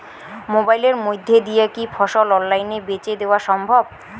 মোবাইলের মইধ্যে দিয়া কি ফসল অনলাইনে বেঁচে দেওয়া সম্ভব?